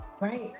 Right